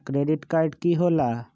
Credit card की होला?